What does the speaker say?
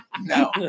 No